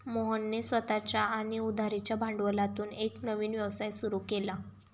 मोहनने स्वतःच्या आणि उधारीच्या भांडवलातून एक नवीन व्यवसाय सुरू केला